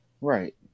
Right